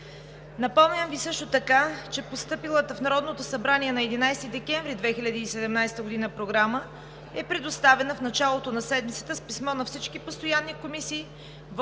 Напомням Ви също така, че постъпилата в Народното събрание на 11 декември 2017 г. Програма е предоставена в началото на седмицата с писмо на всички постоянни комисии,